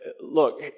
Look